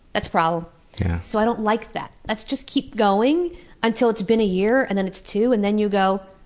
that's a problem! so i don't like that. let's just keep going until it's been a year, and then it's two, and then you go,